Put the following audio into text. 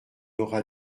aura